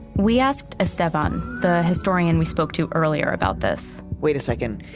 we asked estevan, the historian we spoke to earlier, about this wait a second.